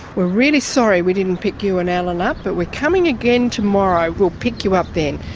we're really sorry we didn't pick you and allan up, but we're coming again tomorrow, we'll pick you up then.